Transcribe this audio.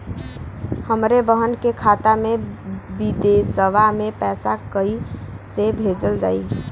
हमरे बहन के खाता मे विदेशवा मे पैसा कई से भेजल जाई?